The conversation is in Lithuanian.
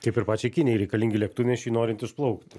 kaip ir pačiai kinijai reikalingi lėktuvnešiai norint išplaukti